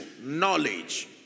knowledge